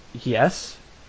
yes